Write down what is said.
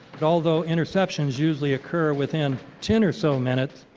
and although interceptions usually occur within ten or so minutes,